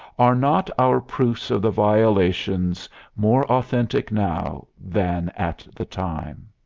are not our proofs of the violations more authentic now than at the time?